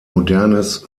modernes